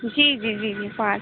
जी जी जी जी पाँच